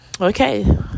okay